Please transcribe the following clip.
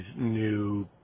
new